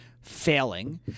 failing